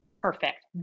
perfect